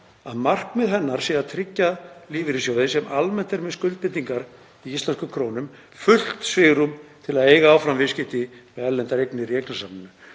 að markmið hennar sé að tryggja lífeyrissjóði, sem almennt er með skuldbindingar í íslenskum krónum, fullt svigrúm til að eiga áfram viðskipti með erlendar eignir í eignasafninu.“